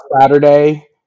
Saturday